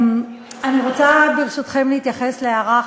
אני רוצה, ברשותכם, להתייחס להערה החשובה,